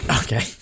Okay